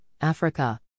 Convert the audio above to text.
Africa